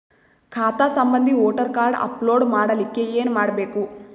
ಖಾತಾ ಸಂಬಂಧಿ voter card upload ಮಾಡಲಿಕ್ಕೆ ಏನ ಮಾಡಬೇಕು?